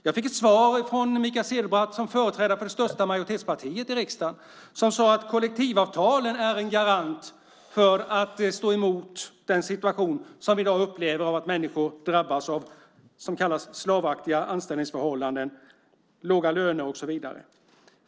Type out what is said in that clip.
Jag fick ett svar från Mikael Cederbratt som företrädare för det största majoritetspartiet i riksdagen som sade att kollektivavtalen är en garant för att stå emot den situation som vi i dag upplever: att människor drabbas av det som kallas slavaktiga anställningsförhållanden med låga löner och så vidare.